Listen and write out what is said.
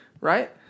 Right